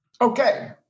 Okay